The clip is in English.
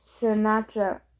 Sinatra